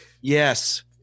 Yes